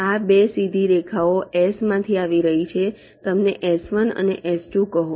આ 2 સીધી રેખાઓ S માંથી આવી રહી છે તેમને S1 અને S2 કહો